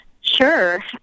Sure